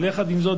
אבל יחד עם זאת,